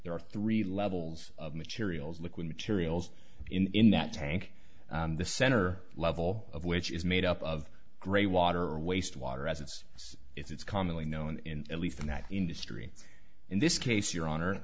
there are three levels of materials liquid materials in that tank the center level of which is made up of gray water or waste water as it's it's commonly known in at least in that industry in this case your honor